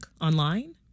online